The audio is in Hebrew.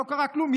לא קרה כלום,